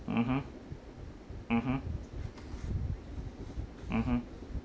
mmhmm mmhmm mmhmm